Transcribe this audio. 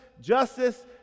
justice